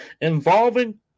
Involving